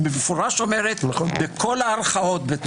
מפורשות אומרת בכל הערכאות.